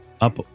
up